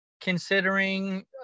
considering